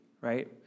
right